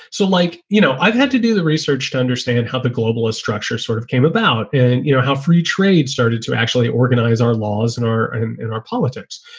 so like, you know, i've had to do the research to understand how the global structure sort of came about and you know how free trade started to actually organize our laws and or and and our politics.